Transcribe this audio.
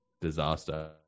disaster